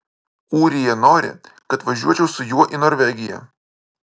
ūrija nori kad važiuočiau su juo į norvegiją